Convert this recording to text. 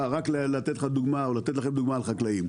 רק לדוגמה על חקלאים,